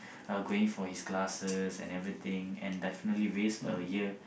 uh going for his classes and everything and definitely waste a year